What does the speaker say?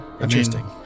Interesting